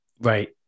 Right